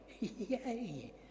Yay